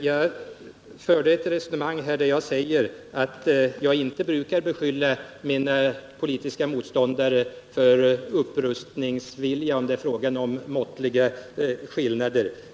Jag förde här ett resonemang, där jag sade att jag inte brukar beskylla mina politiska motståndare för upprustningsvilja när det är fråga om måttliga skillnader.